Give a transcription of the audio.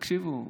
חברים, תקשיבו.